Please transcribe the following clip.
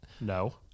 No